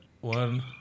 one